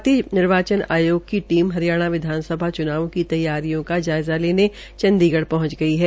भारतीय निर्वाचन आयोग की टीम हरियाणा विधानसभा चूनावों की तैयारियों का जायज़ा लेने चंडीगढ़ पहुंच गई है